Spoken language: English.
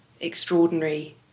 extraordinary